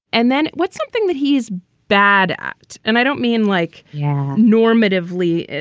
and then what's something that he's bad at? and i don't mean like normatively,